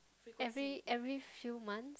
every every few month